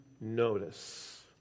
notice